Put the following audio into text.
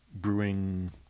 brewing